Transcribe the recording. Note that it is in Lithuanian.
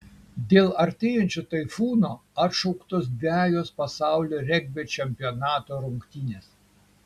dėl artėjančio taifūno atšauktos dvejos pasaulio regbio čempionato rungtynės